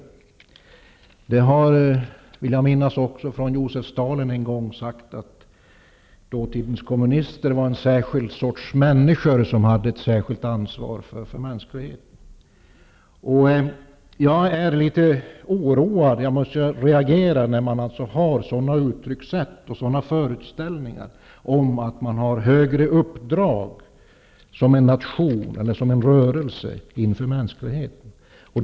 Jag vill minnas att Josef Stalin också en gång sade att dåtidens kommunister var en särskild sorts människor som hade ett särskilt ansvar för mänskligheten. Jag är litet oroad. Jag reagerar mot att man använder sådana uttryckssätt och har föreställningar om att man som nation eller rörelse har ett högre uppdrag inför mänskligheten.